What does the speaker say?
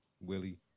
Willie